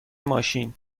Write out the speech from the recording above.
ماشین